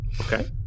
Okay